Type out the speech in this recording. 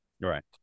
right